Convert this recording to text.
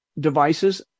devices